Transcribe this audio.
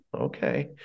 okay